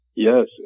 Yes